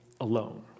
alone